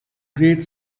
great